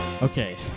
Okay